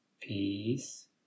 peace